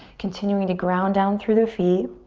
continuing to ground down through the feet.